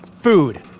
Food